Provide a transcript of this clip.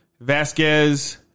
Vasquez